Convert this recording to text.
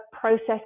process